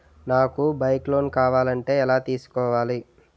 నాకు bike loan కావాలంటే ఎలా తీసుకోవాలి?